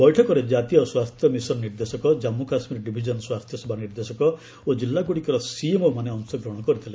ବୈଠକରେ ଜାତୀୟ ସ୍ୱାସ୍ଥ୍ୟ ମିଶନ ନିର୍ଦ୍ଦେଶକ ଜାଞ୍ଗୁ କାଶ୍ମୀର ଡିଭିଜନ୍ ସ୍ୱାସ୍ଥ୍ୟ ସେବା ନିର୍ଦ୍ଦେଶକ ଓ ଜିଲ୍ଲାଗୁଡ଼ିକର ସିଏମ୍ଓମାନେ ଅଂଶଗ୍ରହଣ କରିଥିଲେ